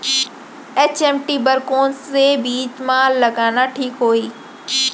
HMT बर कौन से बीज मा लगाना ठीक होही?